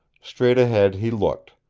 straight ahead he looked,